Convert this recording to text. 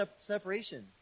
separation